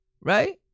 Right